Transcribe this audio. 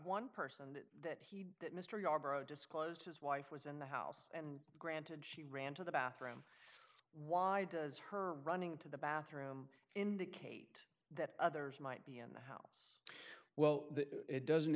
one person and that he that mr yarbrough disclosed his wife was in the house and granted she ran to the bathroom why does her running to the bathroom indicate that others might be in the well it doesn't